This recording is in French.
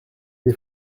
des